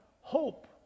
hope